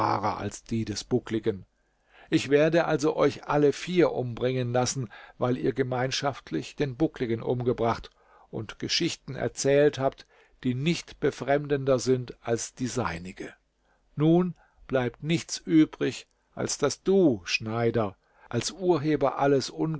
als die des buckligen ich werde also euch alle vier umbringen lassen weil ihr gemeinschaftlich den buckligen umgebracht und geschichten erzählt habt die nicht befremdender sind als die seinige nun bleibt nichts übrig als daß du schneider als urheber alles